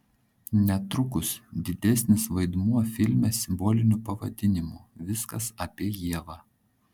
netrukus didesnis vaidmuo filme simboliniu pavadinimu viskas apie ievą